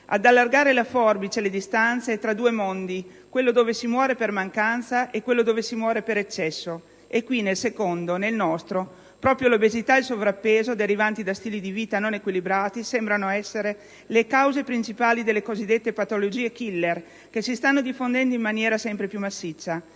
ad allargare la forbice e le distanze tra due mondi, quello dove si «muore per mancanza» e quello dove si «muore per eccesso». E qui, nel secondo, nel nostro, proprio l'obesità e il sovrappeso derivanti da stili di vita non equilibrati sembrano essere le cause principali delle cosiddette patologie *killer*, che si stanno diffondendo in maniera sempre più massiccia.